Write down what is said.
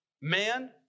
Man